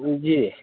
جی